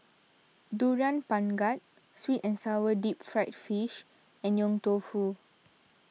Durian Pengat Sweet and Sour Deep Fried Fish and Yong Tau Foo